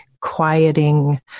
quieting